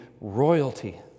royalty